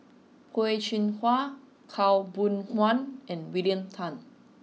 Peh Chin Hua Khaw Boon Wan and William Tan